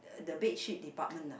the bedsheet department ah